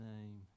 name